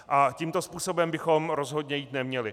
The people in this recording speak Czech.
A tímto způsobem bychom rozhodně jít neměli.